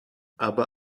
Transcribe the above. aber